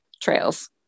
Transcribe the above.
trails